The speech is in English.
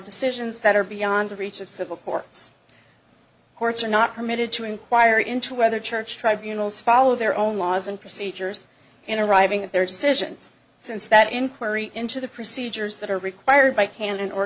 decisions that are beyond the reach of civil courts courts are not permitted to inquire into whether church tribunals follow their own laws and procedures in arriving at their decisions since that inquiry into the procedures that are required by canon or